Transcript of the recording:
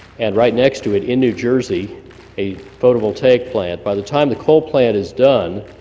and right next to it in new jersey a photovoltaic plant by the time the coal plant is done,